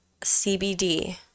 CBD